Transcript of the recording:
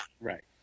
right